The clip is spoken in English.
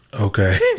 okay